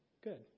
good